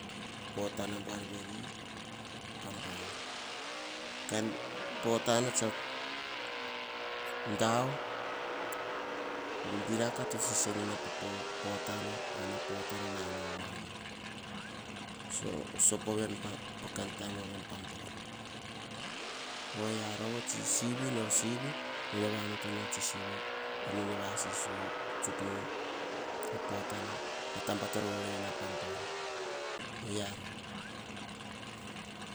Potanan buar veri pa bon. Potana tsa dao. Bibiraka to sese ene poh pota ana pota nanao viaka. Sopo veni poh mabon mama na wan. Ovia rova, ah sini va onotonu a sini pa taba toh rorore na pah bon.